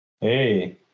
Hey